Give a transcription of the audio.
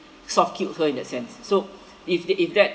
soft killed her in that sense so if if that